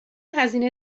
هزینه